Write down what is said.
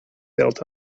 built